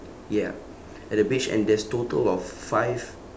ya at the beach and there's total of five